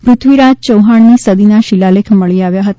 પૃથ્વીરાજ ચૌહાણની સદીના શિલાલેખ મળી આવ્યા હતા